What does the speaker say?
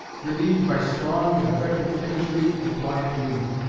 relieved by strong and effective imagery and quiet humor.